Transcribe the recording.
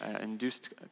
induced